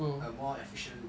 a more efficient